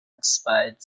inspired